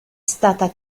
stata